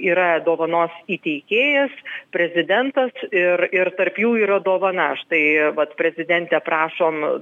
yra dovanos įteikėjas prezidentas ir ir tarp jų yra dovana aš tai vat prezidente prašom